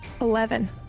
Eleven